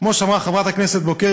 כמו שאמרה חברת הכנסת בוקר,